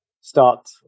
start